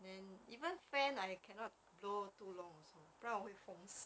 then even fan I cannot blow too long also 不然我会风湿